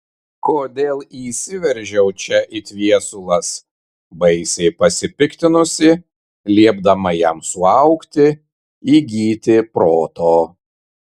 kodėl įsiveržiau čia it viesulas baisiai pasipiktinusi liepdama jam suaugti įgyti proto